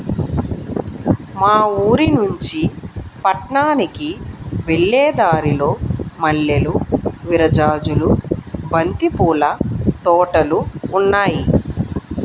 మా ఊరినుంచి పట్నానికి వెళ్ళే దారిలో మల్లెలు, విరజాజులు, బంతి పూల తోటలు ఉన్నాయ్